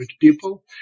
people